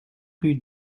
rue